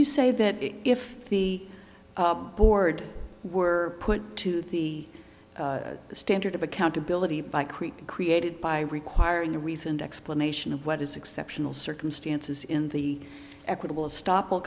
say that if the board were put to the standard of accountability by creek created by requiring a reasoned explanation of what is exceptional circumstances in the equitable stop